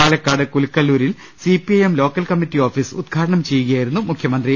പാലക്കാട് കുലുക്കലൂരിൽ C P I M local committee office ഉദ്ഘാടനം ചെയ്യുകയായിരുന്നു മുഖ്യമന്ത്രി